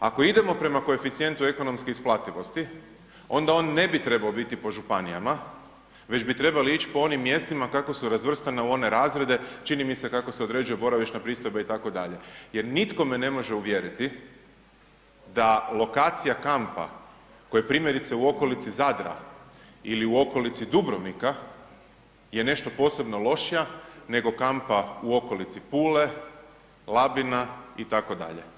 Ako idemo prema koeficijentu ekonomske isplativosti, onda on ne bi trebao biti po županijama već bi trebali ići po onim mjestima kako su razvrstana u one razrede, čini mi se kako se određuje boravišna pristojba itd. jer nitko me ne može uvjeriti da lokacija kampa koji je primjerice u okolici Zadra ili u okolici Dubrovnika je nešto posebno lošija nego kampa u okolici Pule, Labina itd.